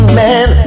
man